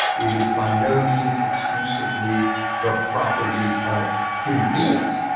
it is by no means exclusively the property of human beings,